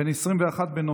בן 21 בנופלו.